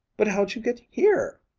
but how'd you get here?